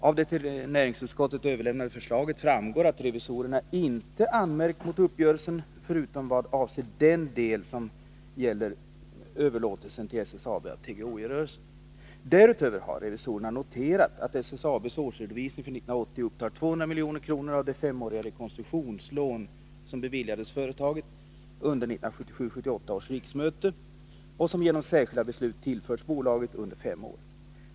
Av det till näringsutskottet överlämnade förslaget framgår att revisorerna inte har anmärkt mot uppgörelsen förutom vad avser den del som gäller överlåtelsen till SSAB av TGOJ-rörelsen. Därutöver har revisorerna noterat att SSAB:s årsredovisning för 1980 upptar 200 milj.kr. av det femåriga rekonstruktionslån som beviljades företaget under 1977/78 års riksmöte och som genom särskilda beslut tillförts bolaget under fem år.